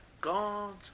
God